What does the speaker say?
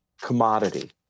commodity